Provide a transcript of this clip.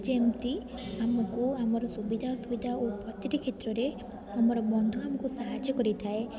ଯେମିତି ଆମକୁ ଆମର ସୁବିଧା ଅସୁବିଧା ଓ ପ୍ରତିଟି କ୍ଷେତ୍ରରେ ଆମର ବନ୍ଧୁ ଆମକୁ ସାହାଯ୍ୟ କରିଥାଏ